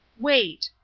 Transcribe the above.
wait!